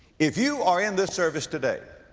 if you are in this service today,